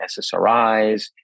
SSRIs